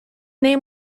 name